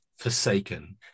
forsaken